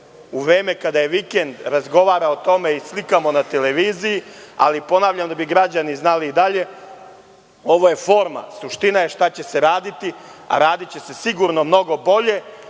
u vreme kada je vikend razgovara o tome i slikamo na televiziji, ali ponavljam da bi građani znali dalje - ovo je forma. Suština je šta će se raditi, a radiće se sigurno mnogo bolje,